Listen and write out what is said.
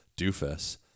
doofus